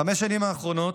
בחמש השנים האחרונות